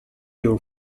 your